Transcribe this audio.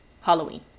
Halloween